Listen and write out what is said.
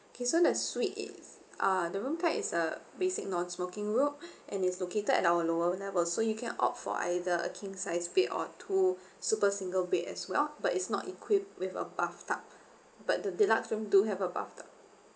okay so the suite is ah the room type is a basic non smoking room and is located at our lower level so you can opt for either a king sized bed or two super single bed as well but it's not equipped with a bathtub but the deluxe room do have a bathtub